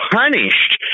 punished